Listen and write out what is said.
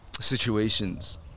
situations